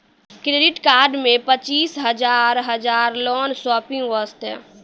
Credit card मे पचीस हजार हजार लोन शॉपिंग वस्ते?